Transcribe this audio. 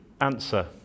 answer